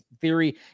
theory